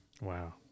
Wow